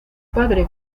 padre